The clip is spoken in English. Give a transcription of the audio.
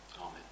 Amen